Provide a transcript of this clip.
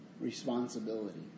responsibility